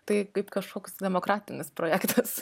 tai kaip kažkoks demokratinis projektas